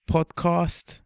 Podcast